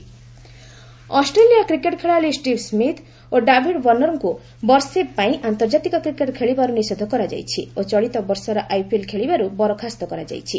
cricket ban ଅଷ୍ଟ୍ରେଲୀୟ cricket ଖେଳାଳି Steve Smith ଓ ଡାଭିଡ଼୍ ଓର୍ଷର୍କୁ ବର୍ଷେ ପାଇଁ ଆନ୍ତର୍ଜାତିକ କ୍ରିକେଟ୍ ଖେଳିବାରୁ ନିଷେଧ କରାଯାଇଛି ଓ ଚଳିତ ବର୍ଷର ଆଇପିଏଲ୍ ଖେଳିବାରୁ ବରଖାସ୍ତ କରାଯାଇଛି